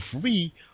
free